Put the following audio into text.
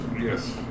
yes